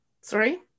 Sorry